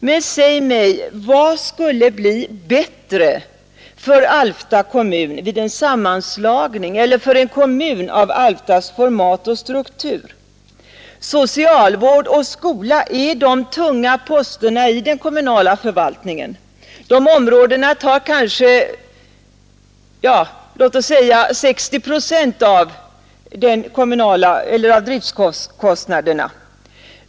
Men säg mig vad som skulle bli bättre för en kommun av Alftas format och struktur vid en sammanslagning. Socialvård och skola är de tunga posterna i den kommunala förvaltningen. Dessa områden tar låt oss säga 60 procent av driftkostnaderna.